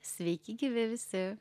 sveiki gyvi visi